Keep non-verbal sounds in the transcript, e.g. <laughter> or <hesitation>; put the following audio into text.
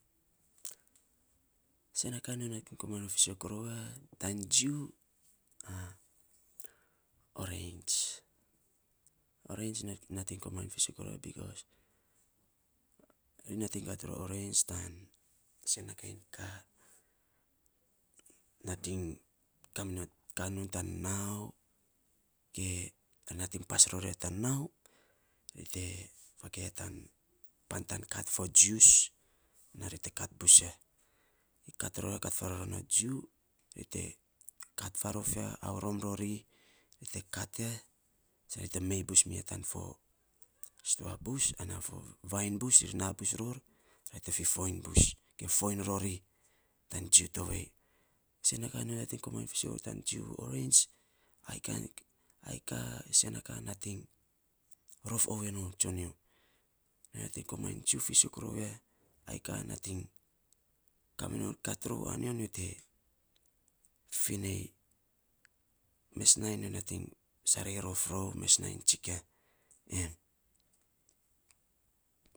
<noise> sena kaa nyo komainy fiisok rou na tan jiu, a oreins, oreins nating komainy fiisok rou ya bikos ri nating kat ror oreins tan isen na kain kaa nating kaminon kaa nontan nau ge nating pas ror ya tan nau rite fakei ya tan pan, tan kat fo jius ana ri te kat bus ya kat ror ya faarei ror ya na ri te jiu kat faarof ya fa aurom rori, ri te mei bus mi ya tan fo situa bus ana fo vainy bus ri naa bus ror ri te fifoiny bus ge foiny rori tan jiu tovei, sen a kaa nyo komainy fiisok rou ya tan jiu oreins ai kan ai kaa sen na kaa nating rof oovei non tsonyo. Nyo komainy jiu fiisok rou ya ai kaa nating kat varonyo nyo te fi nei, mes nainy neo nating sarei rof rou ge mes nainy tsikia <hesitation> eh.